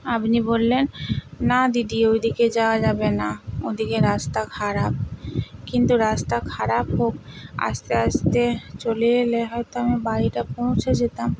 আপনি বললেন না দিদি ওইদিকে যাওয়া যাবে না ওদিকে রাস্তা খারাপ কিন্তু রাস্তা খারাপ হোক আস্তে আস্তে চলে এলে হয়তো আমি বাড়িটা পৌঁছে যেতাম